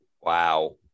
Wow